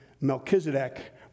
Melchizedek